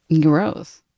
Gross